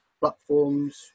platforms